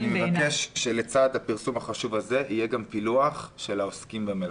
אני מבקש שלצד הפרסום החשוב הזה יהיה גם פילוח של העוסקים במלאכה.